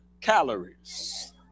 calories